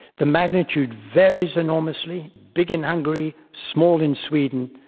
the magnitude varies enormously. big in hungary, small in sweden,